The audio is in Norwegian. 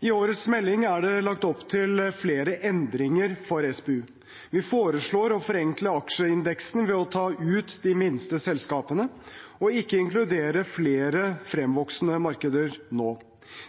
I årets melding er det lagt opp til flere endringer for SPU. Vi foreslår å forenkle aksjeindeksen ved å ta ut de minste selskapene og ikke inkludere flere fremvoksende markeder nå.